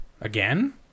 Again